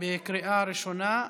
בקריאה ראשונה.